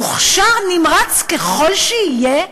מוכשר, נמרץ ככל שיהיה,